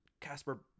Casper